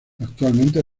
actualmente